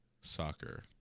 soccer